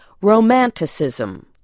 Romanticism